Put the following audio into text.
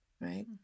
right